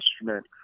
instrument